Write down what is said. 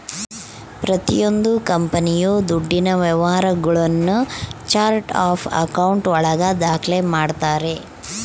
ಪ್ರತಿಯೊಂದು ಕಂಪನಿಯು ದುಡ್ಡಿನ ವ್ಯವಹಾರಗುಳ್ನ ಚಾರ್ಟ್ ಆಫ್ ಆಕೌಂಟ್ ಒಳಗ ದಾಖ್ಲೆ ಮಾಡ್ತಾರೆ